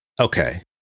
Okay